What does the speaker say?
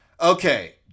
Okay